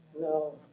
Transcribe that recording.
No